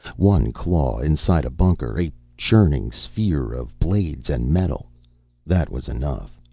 one claw inside a bunker, a churning sphere of blades and metal that was enough.